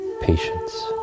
patience